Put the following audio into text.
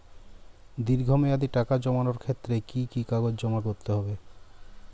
দীর্ঘ মেয়াদি টাকা জমানোর ক্ষেত্রে কি কি কাগজ জমা করতে হবে?